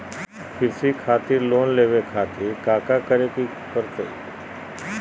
कृषि खातिर लोन लेवे खातिर काका करे की परतई?